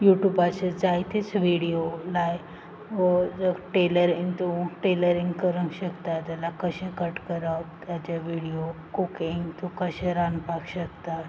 युट्यूबाचेर जायतेच विडीयो लाय वो रक टेलरींग तूं टेलरींग करूंक शकता जाल्यार कशें कट करप ताजे विडीयो कुकींग तूं कशें रांदपाक शकता